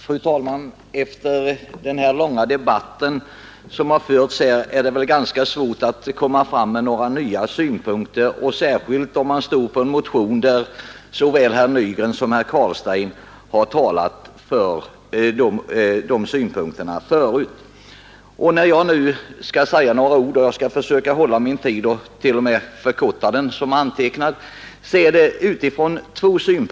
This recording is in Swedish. Fru talman! Efter den långa debatt som här förts är det ganska svårt att anföra några nya synpunkter, särskilt som både herr Nygren och herr Carlstein redan har redogjort för synpunkterna i den motion som jag står för. När jag nu ändå kommer att säga några ord — jag skall försöka att hålla den för mitt anförande antecknade tiden och kanske t.o.m. förkorta den något — gör jag det av två orsaker.